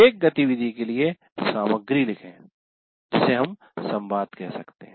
प्रत्येक गतिविधि के लिए सामग्री लिखें जिसे हम संवाद कह सकते हैं